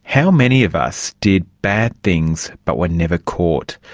how many of us did bad things but were never caught?